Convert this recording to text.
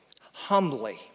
humbly